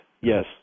Yes